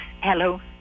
Hello